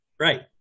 Right